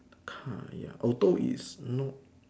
car ya auto is not